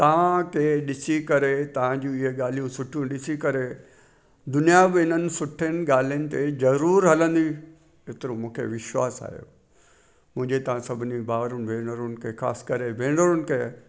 तव्हांखे ॾिसी करे तव्हांजी इहे ॻाल्हियूं सुठियूं ॾिसी करे दुनिया बि हिननि सुठे ॻाल्हियुनि ते ज़रूरु हलंदी हेतिरो मूंखे विश्वास आहे मुंहिंजे तव्हां सभिनी भाउरनि भेनरुनि खे ख़ासि करे भेनरुनि खे